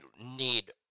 need